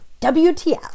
WTF